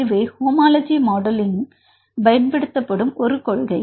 இதுவே ஹோமோலஜி மாடலிங்கில் பயன்படுத்தப்படும் ஒரு கொள்கை